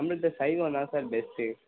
நம்மள்ட்ட சைவம்தான் sir best